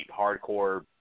hardcore